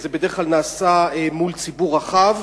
זה בדרך כלל נעשה מול ציבור רחב,